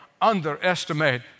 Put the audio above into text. underestimate